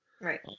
right